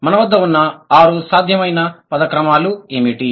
మన వద్ద ఉన్న ఆరు సాధ్యమైన పద క్రమాలు ఏమిటి